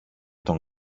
τον